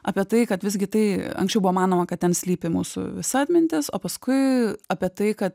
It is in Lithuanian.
apie tai kad visgi tai anksčiau buvo manoma kad ten slypi mūsų visa atmintis o paskui apie tai kad